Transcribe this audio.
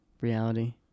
reality